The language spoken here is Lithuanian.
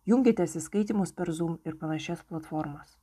jungėtės į skaitymus per zūm ir panašias platformas